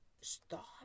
stop